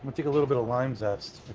but take a little bit of lime zest.